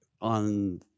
on